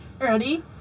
Ready